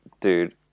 dude